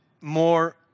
more